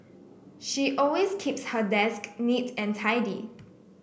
she always keeps her desk neat and tidy